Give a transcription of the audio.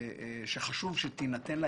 חשוב שתינתן לה